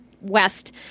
West